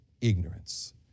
ignorance